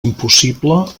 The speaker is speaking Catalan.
impossible